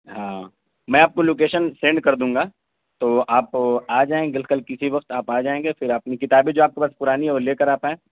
ہاں میں آپ کو لوکیشن سینڈ کردوں گا تو آپ آ جائیں گے کل کسی وقت آپ آ جائیں گے پھر اپنی کتابیں جو آپ کے پاس پرانی ہیں وہ لے کر آپ آئیں